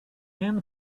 ten